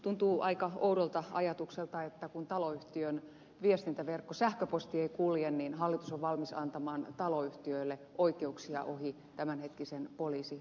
tuntuu aika oudolta ajatukselta että kun taloyhtiön viestintäverkossa sähköposti ei kulje niin hallitus on valmis antamaan taloyhtiöille oikeuksia ohi tämänhetkisen poliisioikeuden